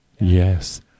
yes